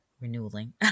renewing